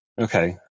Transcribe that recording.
Okay